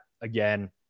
again